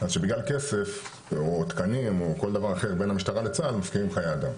אז שבגלל כסף או תקנים או כל דבר אחר בין המשטרה לצה"ל מפקירים חיי אדם.